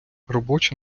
робоча